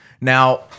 now